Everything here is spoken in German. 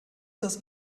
das